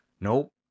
Nope